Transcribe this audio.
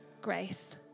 grace